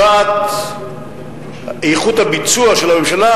נקבעת איכות הביצוע של הממשלה,